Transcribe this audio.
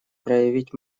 проявлять